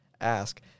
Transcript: ask